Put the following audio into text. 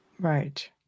right